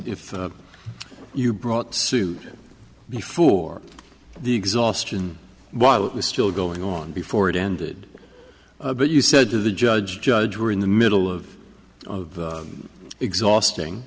if you brought suit before the exhaustion while it was still going on before it ended but you said to the judge judge we're in the middle of exhausting